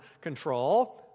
control